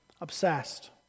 obsessed